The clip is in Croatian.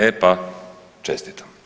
E pa čestitam.